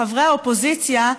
חברי האופוזיציה,